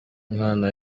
umwana